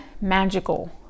magical